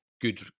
good